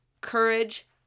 courage